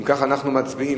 אם כך, אנחנו מצביעים.